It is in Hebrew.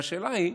והשאלה היא,